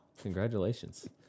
Congratulations